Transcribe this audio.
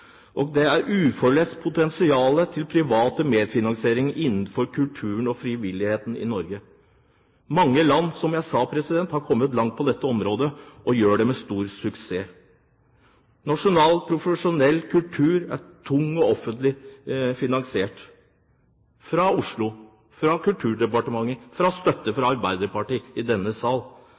Det er et uforløst potensial til privat medfinansiering innenfor kulturen og frivilligheten i Norge. Mange land har, som jeg sa, kommet langt på dette området, og med stor suksess. Nasjonal, profesjonell kultur er tungt offentlig finansiert – fra Oslo, fra Kulturdepartementet, med støtte fra Arbeiderpartiet i denne sal.